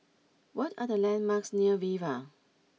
what are the landmarks near Viva